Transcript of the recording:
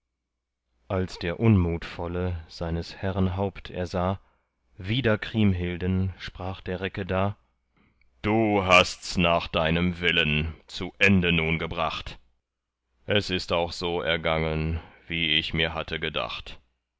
als der unmutvolle seines herren haupt ersah wider kriemhilden sprach der recke da du hasts nach deinem willen zu ende nun gebracht es ist auch so ergangen wie ich mir hatte gedacht